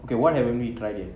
okay what haven't we tried yet